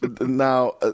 Now –